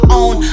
own